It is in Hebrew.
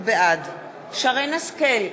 בעד שרן השכל,